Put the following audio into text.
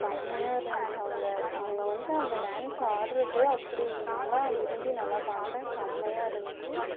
செம்மையாக இருந்துச்சி அவங்க அவங்க வந்து அந்த டான்ஸ் ஆடுறது அப்படி நல்லா விரும்பி நல்லா பார்க்குறேன் செம்மையாக இருந்துச்சி